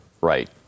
right